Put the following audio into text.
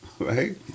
right